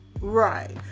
Right